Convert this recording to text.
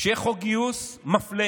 שיהיה חוק גיוס מפלה